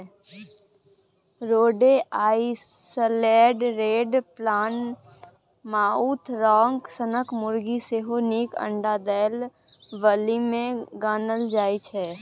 रोडे Island Red, Plymouth Rock सनक मुरगी सेहो नीक अंडा दय बालीमे गानल जाइ छै